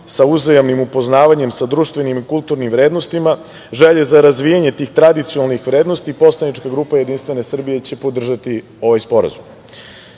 sa uzajamnim upoznavanjem sa društvenim i kulturnim vrednostima, želje za razvijanje tih tradicionalnih vrednosti, poslanička grupa JS će podržati ovaj Sporazum. Sledeći